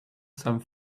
some